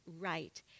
right